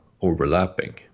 overlapping